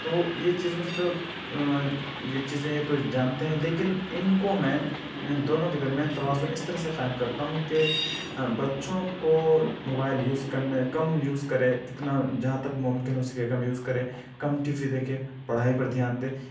تو یہ چیزوں سے تو یہ چیزیں یہ تو جانتے ہیں لیکن اِن کو میں دونوں کے درمیان توازُن اِس طرح سے قائم کرتا ہوں کہ بچوں کو موبائل یوز کرنے کم یوز کرے کتنا جہاں تک ممکن ہو سکے کم یوز کرے کم ٹی وی دیکھے پڑھائی پر دھیان دے